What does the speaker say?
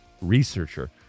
researcher